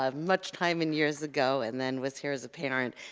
um much time in years ago, and then was here as a parent,